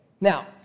Now